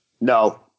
No